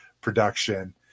production